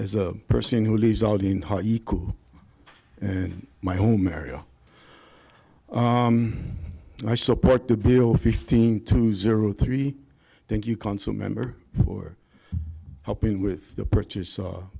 as a person who lives out in my home area i support the bill fifteen to zero three thank you council member or helping with the purchase